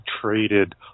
traded